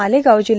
Malegaon जि